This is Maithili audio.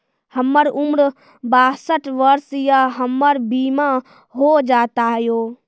हमर उम्र बासठ वर्ष या हमर बीमा हो जाता यो?